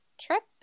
trip